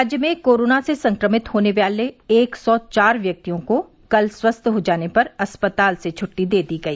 राज्य में कोरोना से संक्रमित होने वाले एक सौ चार व्यक्तियों को कल स्वस्थ हो जाने पर अस्पताल से छुट्टी दे दी गई